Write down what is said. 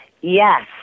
Yes